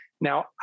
Now